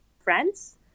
friends